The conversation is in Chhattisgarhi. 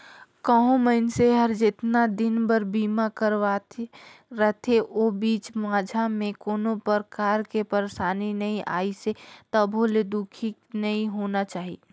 कहो मइनसे हर जेतना दिन बर बीमा करवाये रथे ओ बीच माझा मे कोनो परकार के परसानी नइ आइसे तभो ले दुखी नइ होना चाही